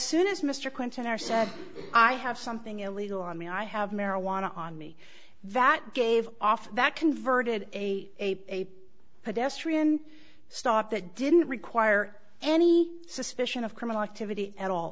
soon as mr clinton are said i have something illegal on me i have marijuana on me that gave off that converted a pedestrian stop that didn't require any suspicion of criminal activity at all